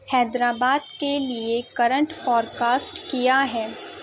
حیدرآباد کے لیے current forecast کیا ہے